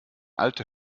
alte